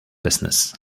business